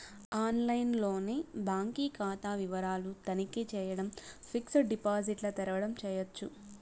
ఆన్లైన్లోనే బాంకీ కాతా వివరాలు తనఖీ చేయడం, ఫిక్సిడ్ డిపాజిట్ల తెరవడం చేయచ్చు